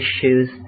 issues